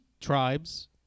tribes